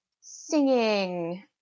singing